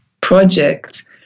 project